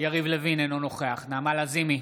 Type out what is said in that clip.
יריב לוין, אינו נוכח נעמה לזימי,